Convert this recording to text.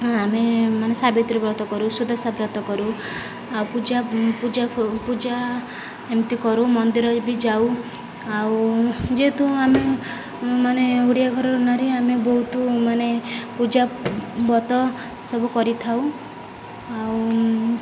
ଆମେମାନେ ସାବିତ୍ରୀ ବ୍ରତ କରୁ ସୁଦାଶା ବ୍ରତ କରୁ ଆଉ ପୂଜା ପୂଜା ପୂଜା ଏମିତି କରୁ ମନ୍ଦିର ବି ଯାଉ ଆଉ ଯେହେତୁ ଆମେମାନେ ଓଡ଼ିଆ ଘରର ନାରୀ ଆମେ ବହୁତୁ ମାନେ ପୂଜା ବ୍ରତ ସବୁ କରିଥାଉ ଆଉ